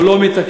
או לא מתקנת,